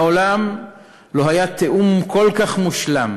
מעולם לא היה תיאום כל כך מושלם